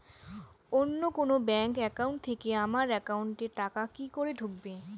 অন্য কোনো bank account থেকে আমার একাউন্ট এ টাকা কি করে ঢুকবে?